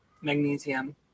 magnesium